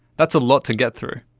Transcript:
that's a lot to get through!